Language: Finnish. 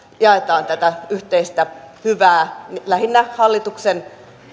jaetaan tätä yhteistä hyvää lähinnä hallituksen